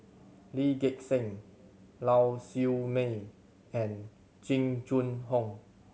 Lee Gek Seng Lau Siew Mei and Jing Jun Hong